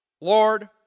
Lord